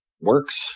works